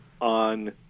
on